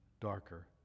darker